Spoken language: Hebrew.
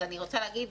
אז אני רוצה להגיד